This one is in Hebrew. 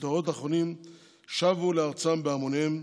ובדורות האחרונים שבו לארצם בהמונים,